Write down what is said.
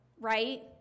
right